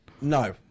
No